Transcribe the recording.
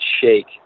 shake